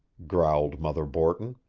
growled mother borton.